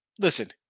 Listen